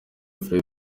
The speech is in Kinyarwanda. fred